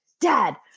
Dad